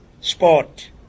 sport